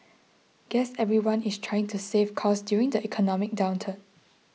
guess everyone is trying to save costs during the economic downturn